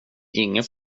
ingen